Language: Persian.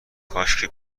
کاشکی